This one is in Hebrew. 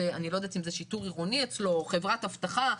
אני לא יודעת אם זה שיטור עירוני אצלו או חברת אבטחה.